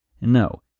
No